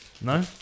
No